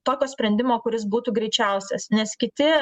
tokio sprendimo kuris būtų greičiausias nes kiti